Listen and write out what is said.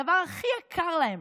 הדבר הכי יקר להם,